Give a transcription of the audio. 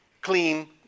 clean